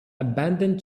abandoned